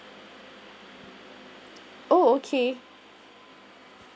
oh okay